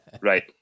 Right